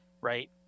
right